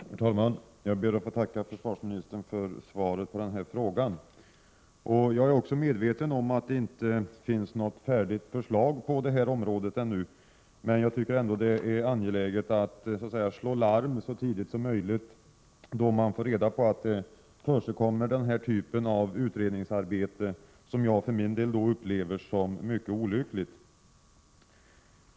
Herr talman! Jag ber att få tacka försvarsministern för svaret på min fråga. Jag är medveten om att det ännu inte finns något färdigt förslag på det här området. Men jag tycker ändå att det är angeläget att ”slå larm” så tidigt som möjligt då man får reda på att den här typen av utredningsarbete pågår — ett utredningsarbete som jag för min del upplever som mycket olyckligt.